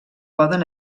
poden